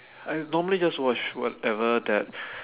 I normally just watch whatever that